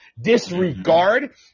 disregard